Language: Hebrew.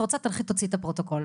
את רוצה תלכי תוציאי את הפרוטוקול.